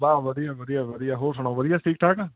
ਵਾਹ ਵਧੀਆ ਵਧੀਆ ਵਧੀਆ ਹੋਰ ਸੁਣਾਓ ਵਧੀਆ ਠੀਕ ਠਾਕ